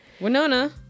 Winona